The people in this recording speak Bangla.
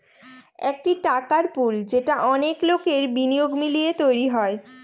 একটি টাকার পুল যেটা অনেক লোকের বিনিয়োগ মিলিয়ে তৈরী হয়